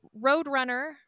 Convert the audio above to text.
Roadrunner